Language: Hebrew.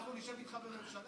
אנחנו נשב איתך בממשלה?